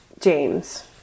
James